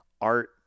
art